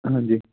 ਹਾਂਜੀ